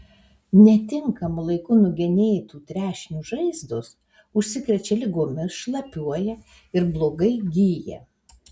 netinkamu laiku nugenėtų trešnių žaizdos užsikrečia ligomis šlapiuoja ir blogai gyja